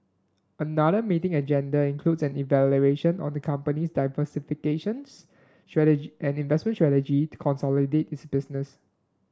another meeting agenda includes an evaluation on the company's diversification and investment strategy to consolidate its business